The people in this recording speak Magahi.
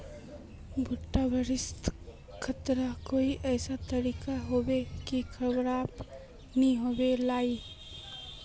भुट्टा बारित रखवार कोई ऐसा तरीका होबे की खराब नि होबे लगाई?